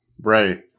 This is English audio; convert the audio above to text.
right